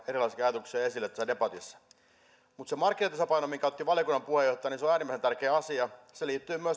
ajatuksia esille se markkinatasapaino minkä otti valiokunnan puheenjohtaja esiin on äärimmäisen tärkeä asia se liittyy